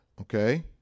okay